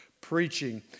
preaching